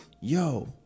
Yo